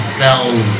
bells